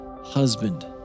husband